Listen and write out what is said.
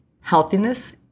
healthiness